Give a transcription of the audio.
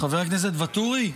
חבר הכנסת ואטורי,